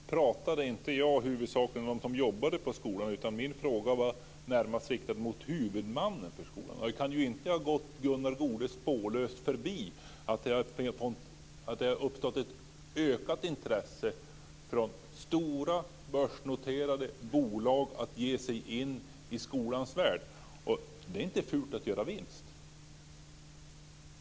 Herr talman! Jag pratade inte huvudsakligen om dem som jobbar på skolan. Min fråga var närmast riktad mot huvudmannen för skolan. Det kan ju inte ha gått Gunnar Goude spårlöst förbi att det har uppstått ett ökat intresse från stora börsnoterade bolag att ge sig in i skolans värld. Det är inte fult att göra vinst.